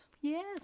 Yes